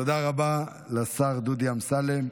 תודה רבה לשר דודי אמסלם.